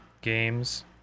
games